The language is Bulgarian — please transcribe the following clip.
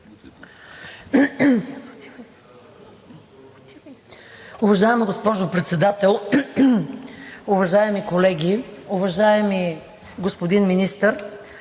Уважаема госпожо Председател, уважаеми колеги! Уважаеми господин Министър,